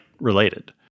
related